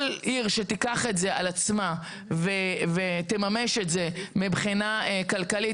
כל עיר שתיקח את זה על עצמה ותממש את זה מבחינה כלכלית,